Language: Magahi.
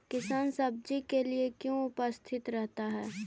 किसान सब्जी के लिए क्यों उपस्थित रहता है?